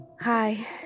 Hi